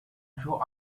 grew